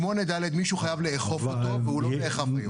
8 (ד') מישהו חייב לאכוף אותו והוא לא נאכף היום.